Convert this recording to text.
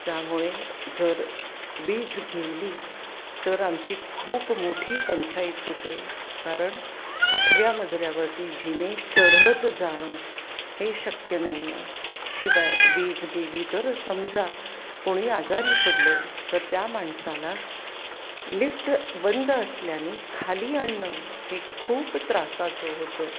त्यामुळे जर वीज गेली तर आमची खूप मोठी पंचाईत होते कारण आठव्या मजल्यावरती जिने चढत जाणं हे शक्य नाही आहे शिवाय वीज गेली तर समजा कोणी आजारी पडलं तर त्या माणसाला लिफ्ट बंद असल्याने खाली आणणं हे खूप त्रासाचं होतं